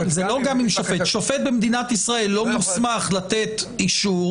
שופט במדינת ישראל לא מוסמך לתת אישור